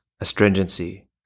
astringency